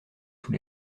sous